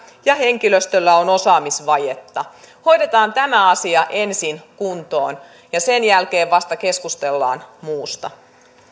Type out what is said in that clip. ja henkilöstöllä on osaamisvajetta hoidetaan tämä asia ensin kuntoon ja sen jälkeen vasta keskustellaan muusta